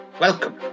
Welcome